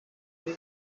bwo